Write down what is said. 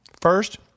First